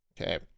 Okay